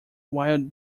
wild